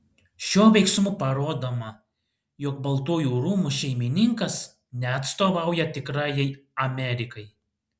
šiuo veiksmu parodoma jog baltųjų rūmų šeimininkas neatstovauja tikrajai amerikai